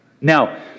Now